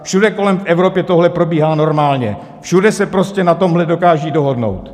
Všude kolem v Evropě tohle probíhá normálně, všude se na tomhle dokážou dohodnout.